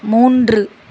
மூன்று